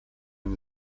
nie